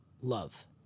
love